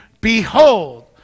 Behold